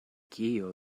kio